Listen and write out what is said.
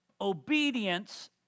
obedience